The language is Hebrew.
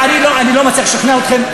אני לא מצליח לשכנע אתכם,